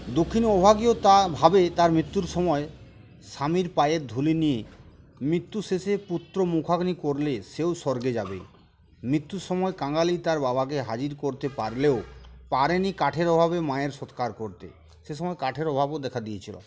দুঃখিনী অভাগীও তা ভাবে তার মৃত্যুর সময় স্বামীর পায়ের ধুলি নিয়ে মৃত্যু শেষে পুত্র মুখাগ্নি করলে সেও স্বর্গে যাবে মৃত্যুর সময় কাঙালি তার বাবাকে হাজির করতে পারলেও পারেনি কাঠের অভাবে মায়ের সৎকার করতে সে সময় কাঠের অভাবও দেখা দিয়েছিল